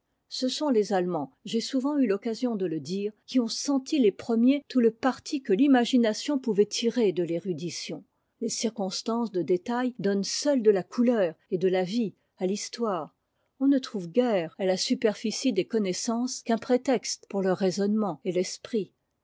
ce sont les allemands j'ai souvent eu occasion de le dire qui ont senti les premiers tout lé parti que l'imagination pouvait tirer de l'érudition les cirèonstances de détail donnent seules de la couleur et de la vie à l'histoire on ne trouve guère à ta superficie des connaissances qu'un prétexte pour le raisonnement et l'esprit